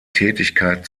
tätigkeit